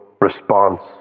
response